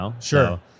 Sure